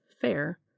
fair